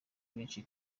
benshi